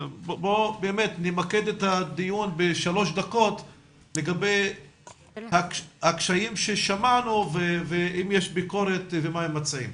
נמקד את הדיון לגבי הקשיים ששמענו ואם יש ביקורת ומה הם מציעים.